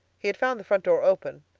he had found the front door open,